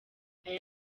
aya